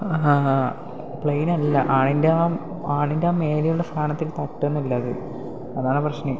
പ്ലെയിനല്ല അതിൻ്റെ ആ ആണീൻ്റെ മേലെയുള്ള സാധനത്തിൽ തട്ടുന്നില്ല അത് അതാണ് പ്രശ്നം